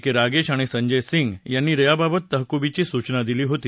के रागेश आणि संजय सिंग यांनी याबाबत तहकुबीची सूचना दिली होती